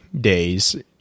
days